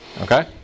Okay